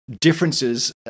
differences